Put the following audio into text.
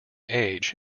age